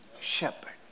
shepherd